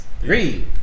three